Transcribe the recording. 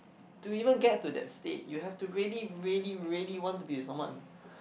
to even get to that state you have to really really really want to be with someone